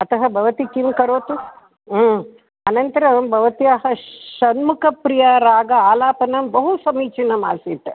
अतः भवती किं करोतु अनन्तरं भवत्याः षण्मुखप्रियराग आलापनं बहु समीचीनम् आसीत्